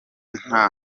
nta